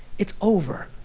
it's over.